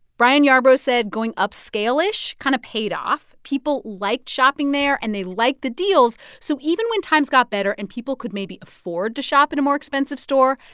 brian yarbrough said going upscale-ish kind of paid off. people liked shopping there, and they liked the deals. so even when times got better and people could maybe afford to shop in a more expensive store,